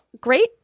great